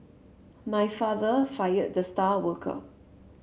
my father fired the star worker